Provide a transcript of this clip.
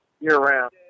year-round